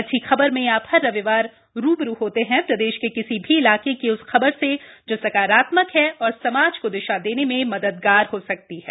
अच्छी खबर में आप हर रविवार रूबरू होते हैं प्रदेश के किसी भी इलाके की उस खबर से जो सकारात्मक है और समाज को दिशा देने में मददगार हो सकती है